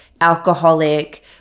alcoholic